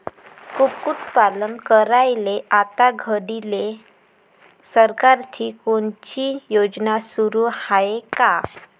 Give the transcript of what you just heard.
कुक्कुटपालन करायले आता घडीले सरकारची कोनची योजना सुरू हाये का?